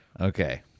Okay